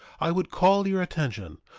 i would call your attention,